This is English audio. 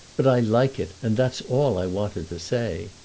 but i like it, and that's all i wanted to say.